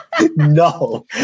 No